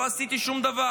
לא עשיתי שום דבר.